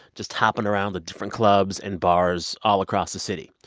just hopping around the different clubs and bars all across the city.